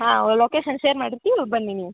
ಹಾಂ location share ಮಾಡಿರ್ತೀವಿ ಬನ್ನಿ ನೀವು